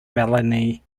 melanie